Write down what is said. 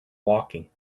walking